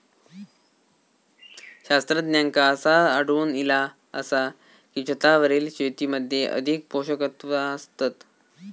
शास्त्रज्ञांका असा आढळून इला आसा की, छतावरील शेतीमध्ये अधिक पोषकतत्वा असतत